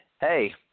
hey